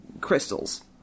crystals